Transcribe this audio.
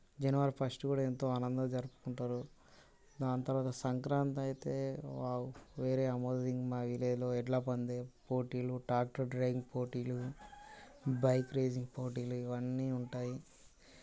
జనవరి first కూడా ఎంతో ఆనందంగా జరుపుకుంటారు దాని తర్వాత సంక్రాంతి అయితే వావ్ వేరే అమేజింగ్ మా విలేజ్లో ఎడ్ల పందాలు పోటీలు ట్రాక్టర్ ట్రైన్ పోటీలు బైక్ రేసింగ్ పోటీలు ఇవన్నీ ఉంటాయి